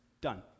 done